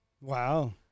Wow